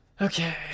Okay